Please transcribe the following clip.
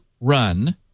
run